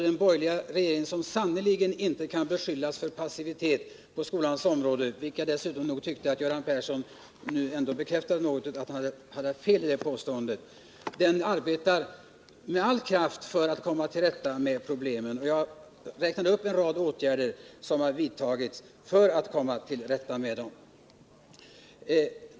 Den borgerliga regeringen, som sannerligen inte kan beskyllas för passivitet på skolans område — jag tyckte att Göran Persson nu bekräftade att han hade fel i det påståendet — arbetar med all kraft för att komma till rätta med problemen. Jag räknade upp en rad åtgärder som har vidtagits för att komma till rätta med dem.